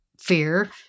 fear